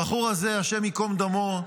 הבחור הזה, השם ייקום דמו,